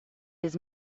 his